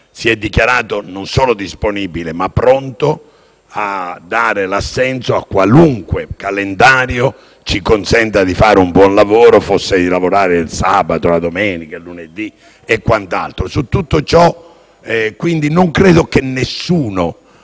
si è dichiarato non solo disponibile, ma anche pronto a dare l'assenso a qualunque calendario ci consenta di fare un buon lavoro (che si tratti di lavorare il sabato, la domenica, il lunedì o quant'altro). Non credo, quindi, che nessuno